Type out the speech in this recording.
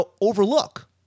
overlook